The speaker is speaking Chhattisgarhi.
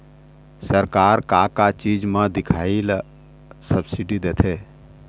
सरकार का का चीज म दिखाही ला सब्सिडी देथे?